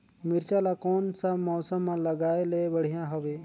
मिरचा ला कोन सा मौसम मां लगाय ले बढ़िया हवे